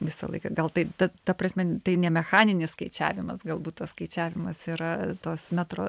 visą laiką gal tai ta prasme tai ne mechaninis skaičiavimas galbūt tas skaičiavimas yra tos metro